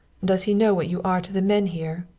does he know what you are to the men here?